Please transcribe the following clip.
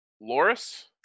loris